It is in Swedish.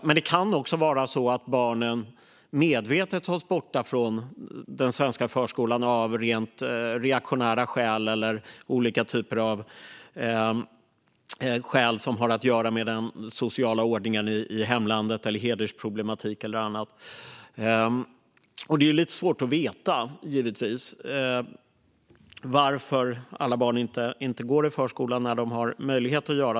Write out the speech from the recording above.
Men det kan också vara så att barnen medvetet hålls borta från den svenska förskolan av rent reaktionära skäl eller olika typer av skäl som har att göra med den sociala ordningen i hemlandet, hedersproblematik eller annat. Det är givetvis lite svårt att veta varför många barn inte går i förskola trots att de har möjlighet.